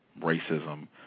racism